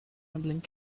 medaling